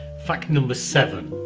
fact number seven